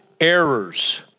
errors